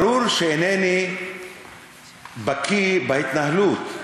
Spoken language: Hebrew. ברור שאינני בקי בהתנהלות.